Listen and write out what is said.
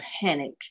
panic